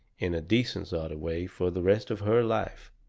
in a decent sort of way, for the rest of her life,